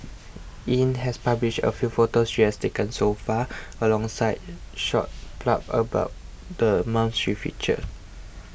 Yin has published a few photos she has taken so far alongside short blurbs about the mom's she featured